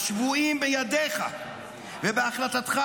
אך שבויים בידיך ובהחלטתך